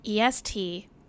est